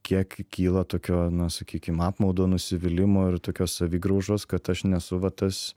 kiek kyla tokio na sakykim apmaudo nusivylimo ir tokios savigraužos kad aš nesu va tas